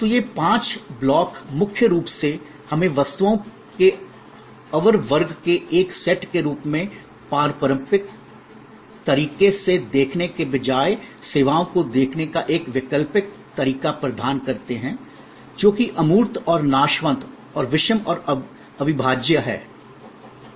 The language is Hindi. तो ये पांच ब्लॉक मुख्य रूप से हमें वस्तुओं के अवर वर्ग के एक सेट के रूप में पारंपरिक तरीके से देखने के बजाय सेवाओं को देखने का एक वैकल्पिक तरीका प्रदान करते हैं जो कि अमूर्त और नाशवंत और विषम और अविभाज्य हैं आदि